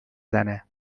زنه